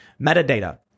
Metadata